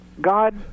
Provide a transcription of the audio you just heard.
God